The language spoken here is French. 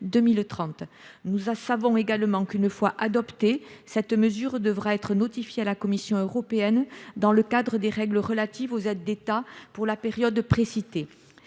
nous savons qu’une fois adoptée, cette mesure devra être notifiée à la Commission européenne dans le cadre des règles relatives aux aides d’État pour la période précitée.